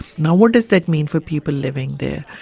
now, what does that mean for people living there?